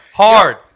Hard